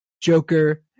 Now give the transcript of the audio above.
Joker